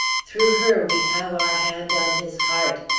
through her we have our hand on his heart.